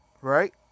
right